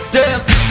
Death